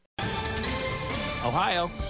Ohio